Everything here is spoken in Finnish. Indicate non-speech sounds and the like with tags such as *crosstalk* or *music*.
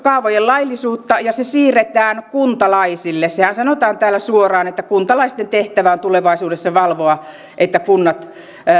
*unintelligible* kaavojen laillisuutta ja se siirretään kuntalaisille sehän sanotaan täällä suoraan että kuntalaisten tehtävä on tulevaisuudessa valvoa että kunnat